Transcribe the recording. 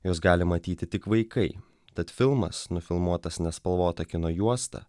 juos gali matyti tik vaikai tad filmas nufilmuotas nespalvota kino juosta